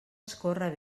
escórrer